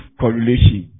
correlation